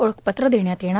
ओळखपत्र देण्यात येणार